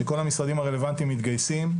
שכל המשרדים הרלוונטיים מתגייסים.